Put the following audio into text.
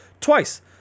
twice